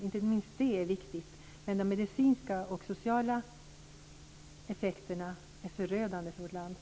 Inte minst det är viktigt. Men de medicinska och sociala effekterna är förödande för vårt land.